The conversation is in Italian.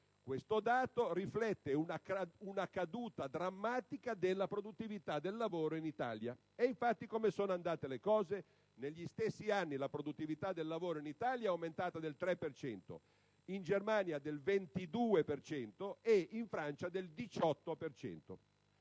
questo dato riflette una caduta drammatica della produttività del lavoro in Italia. Infatti, le cose sono andate in questa maniera: negli stessi anni la produttività del lavoro in Italia è aumentata del 3 per cento, in Germania del 22 per cento e in Francia del 18